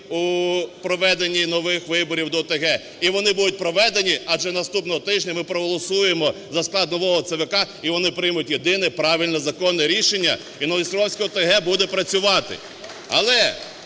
у проведенні нових виборів до ОТГ. І вони будуть проведені, адже наступного тижня ми проголосуємо за склад нового ЦВК, і вони приймуть єдине правильне законне рішення, іНоводністровське ОТГ буде працювати.